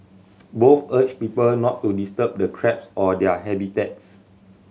both urged people not to disturb the crabs or their habitats